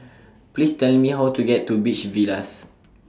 Please Tell Me How to get to Beach Villas